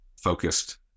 focused